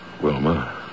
Wilma